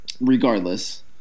regardless